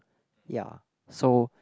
ya so